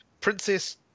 Princess